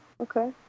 Okay